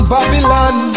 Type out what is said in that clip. Babylon